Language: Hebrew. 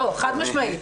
חד-משמעית.